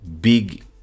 big